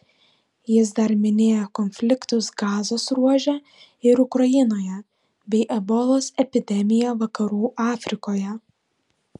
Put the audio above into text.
jis dar minėjo konfliktus gazos ruože ir ukrainoje bei ebolos epidemiją vakarų afrikoje